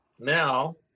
now